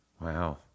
Wow